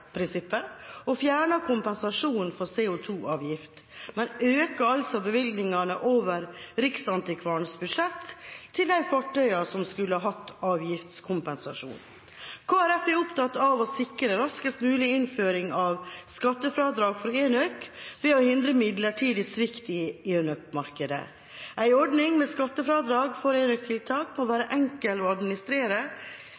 og fjerner kompensasjonen for CO2-avgift, men øker altså bevilgningene over Riksantikvarens budsjett til de fartøyene som skulle hatt avgiftskompensasjon. Kristelig Folkeparti er opptatt av å sikre raskest mulig innføring av skattefradrag for enøk ved å hindre midlertidig svikt i enøkmarkedet. En ordning med skattefradrag for enøktiltak må